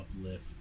uplift